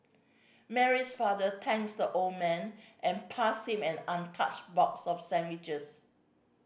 Mary's father thanks the old man and passed him an untouched box of sandwiches